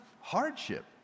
hardship